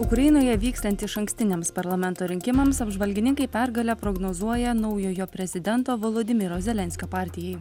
ukrainoje vykstant išankstiniams parlamento rinkimams apžvalgininkai pergalę prognozuoja naujojo prezidento volodymyro zelenskio partijai